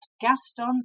Gaston